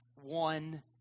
one